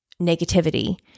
negativity